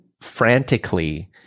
frantically